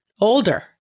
older